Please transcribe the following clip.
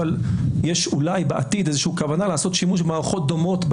כשיש אולי בעתיד כוונה לעשות שימוש במערכות דומות,